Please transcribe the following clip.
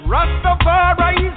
Rastafari